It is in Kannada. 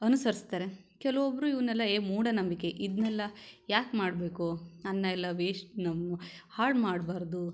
ಅನುಸರಿಸ್ತಾರೆ ಕೆಲವೊಬ್ಬರು ಇವನ್ನೆಲ್ಲ ಏ ಮೂಢನಂಬಿಕೆ ಇದನ್ನೆಲ್ಲ ಯಾಕೆ ಮಾಡಬೇಕು ಅನ್ನ ಎಲ್ಲ ವೇಷ್ಟ್ ಹಾಳು ಮಾಡಬಾರ್ದು